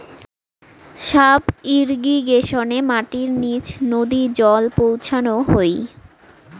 sub ইর্রিগেশনে মাটির নিচ নদী জল পৌঁছানো হই